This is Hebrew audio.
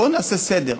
בואו נעשה סדר: